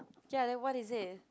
ya then what is it